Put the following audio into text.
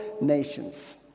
nations